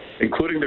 including